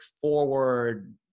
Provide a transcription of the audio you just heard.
forward